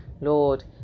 Lord